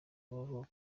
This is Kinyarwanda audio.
y’amavuko